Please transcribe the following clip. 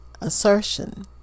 assertion